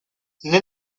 nel